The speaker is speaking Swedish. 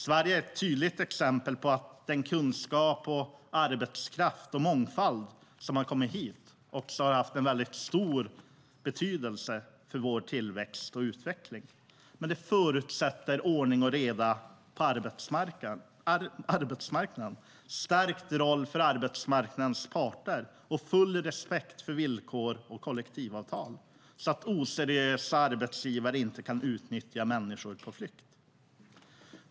Sverige är ett tydligt exempel på att den kunskap, arbetskraft och mångfald som har kommit hit också har haft väldigt stor betydelse för vår tillväxt och utveckling. Det förutsätter dock ordning och reda på arbetsmarknaden, en stärkt roll för arbetsmarknadens parter och full respekt för villkor och kollektivavtal så att oseriösa arbetsgivare inte kan utnyttja människor på flykt.